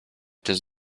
does